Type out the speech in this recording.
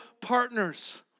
partners